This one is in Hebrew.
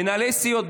מנהלי סיעות,